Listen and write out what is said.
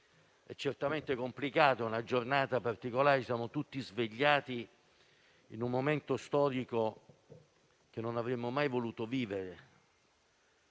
è certamente complicato. È una giornata particolare. Ci siamo tutti svegliati di fronte a un momento storico che non avremmo mai voluto vivere: